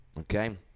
Okay